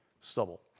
stubble